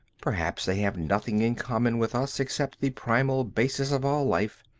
perhaps they have nothing in common with us except the primal basis of all life,